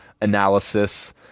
analysis